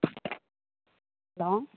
hello